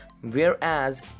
Whereas